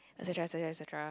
etcetera etcetera etcetera